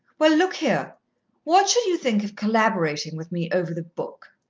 well, look here what should you think of collaborating with me over the book?